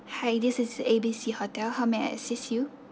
hi this is A_B_C hotel how may I assist you